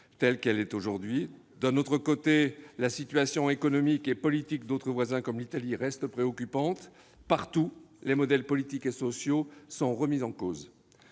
telle qu'elle est aujourd'hui. Par ailleurs, la situation économique et politique d'autres voisins comme l'Italie reste préoccupante. Partout, les modèles politiques et sociaux sont remis en cause.